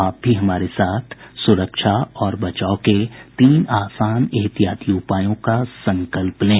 आप भी हमारे साथ सुरक्षा और बचाव के तीन आसान एहतियाती उपायों का संकल्प लें